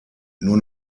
nur